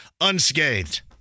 unscathed